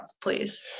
please